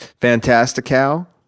Fantastical